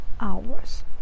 hours